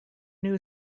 knew